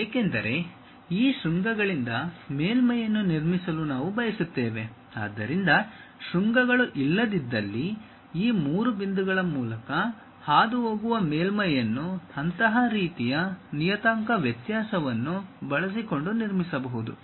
ಏಕೆಂದರೆ ಈ ಶೃಂಗಗಳಿಂದ ಮೇಲ್ಮೈಯನ್ನು ನಿರ್ಮಿಸಲು ನಾವು ಬಯಸುತ್ತೇವೆ ಆದ್ದರಿಂದ ಶೃಂಗಗಳು ಇಲ್ಲದಿದ್ದಲ್ಲಿ ಈ ಮೂರು ಬಿಂದುಗಳ ಮೂಲಕ ಹಾದುಹೋಗುವ ಮೇಲ್ಮೈಯನ್ನು ಅಂತಹ ರೀತಿಯ ನಿಯತಾಂಕ ವ್ಯತ್ಯಾಸವನ್ನು ಬಳಸಿಕೊಂಡು ನಿರ್ಮಿಸಬಹುದು